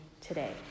today